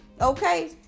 okay